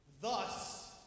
thus